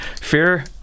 fear